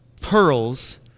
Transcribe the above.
pearls